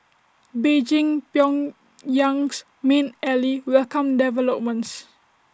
Beijing Pyongyang's main ally welcomed developments